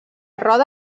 roda